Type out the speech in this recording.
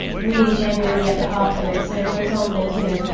really, genuinely at the heart of it so for example, you know.